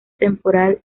temporal